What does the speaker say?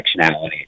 intersectionality